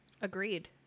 Agreed